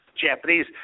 Japanese